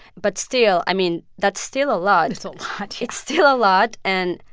but still, i mean, that's still a lot it's a lot it's still a lot. and,